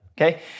okay